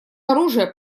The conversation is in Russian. оружие